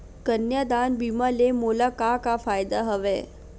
कन्यादान बीमा ले मोला का का फ़ायदा हवय?